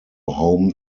home